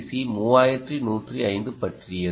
C 3105 பற்றியது